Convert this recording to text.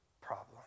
problem